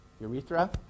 urethra